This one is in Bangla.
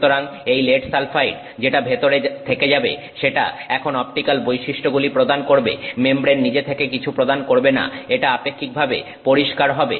সুতরাং এই লেড সালফাইড যেটা ভেতরে থেকে যাবে সেটা এখন অপটিক্যাল বৈশিষ্ট্যগুলি প্রদান করবে মেমব্রেন নিজে থেকে কিছু প্রদান করবে না এটা আপেক্ষিকভাবে পরিষ্কার হবে